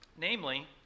Namely